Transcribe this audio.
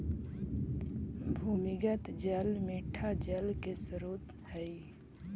भूमिगत जल मीठा जल के स्रोत हई